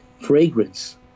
Fragrance